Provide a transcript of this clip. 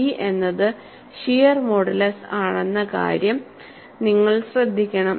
G എന്നത് shear modulus ആണെന്ന കാര്യം നിങ്ങൾ ശ്രദ്ധിക്കണം